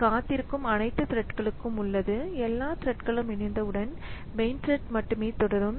அது காத்திருக்கும் அனைத்து த்ரெட்களுக்கும உள்ளதுஎல்லா த்ரெட்களும் இணைந்தவுடன் மெயின் த்ரெட் மட்டுமே தொடரும்